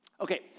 Okay